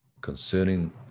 concerning